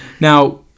Now